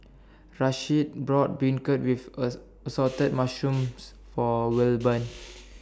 Rasheed bought Beancurd with as Assorted Mushrooms For Wilburn